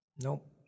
Nope